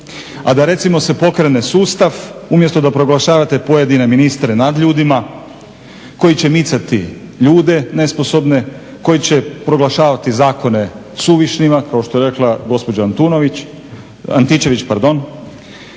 a da recimo se pokrene sustav umjesto da proglašavate pojedine ministre nadljudima koji će micati ljude nesposobne, koji će proglašavati zakone suvišnima kao što je rekla gospođa Antičević. Kaže gospodin